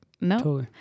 No